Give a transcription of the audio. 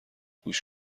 گوش